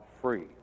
free